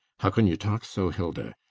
how can you talk so, hilda?